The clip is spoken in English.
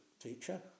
teacher